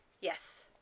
Yes